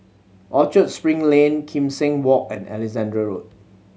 Orchard Spring Lane Kim Seng Walk and Alexandra Road